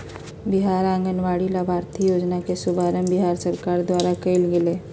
बिहार आंगनबाड़ी लाभार्थी योजना के शुभारम्भ बिहार सरकार द्वारा कइल गेलय